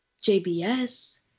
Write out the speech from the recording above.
JBS